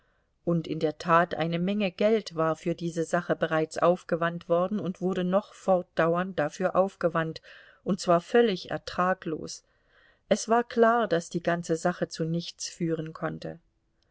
und in der tat eine menge geld war für diese sache bereits aufgewandt worden und wurde noch fortdauernd dafür aufgewandt und zwar völlig ertraglos es war klar daß die ganze sache zu nichts führen konnte